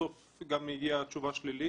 ובסוף גם הגיעה, אגב, תשובה שלילית.